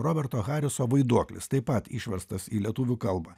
roberto hariso vaiduoklis taip pat išverstas į lietuvių kalbą